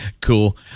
Cool